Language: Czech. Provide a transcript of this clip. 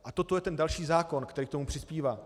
A toto je ten další zákon, který k tomu přispívá.